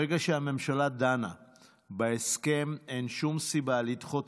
ברגע שהממשלה דנה בהסכם אין שום סיבה לדחות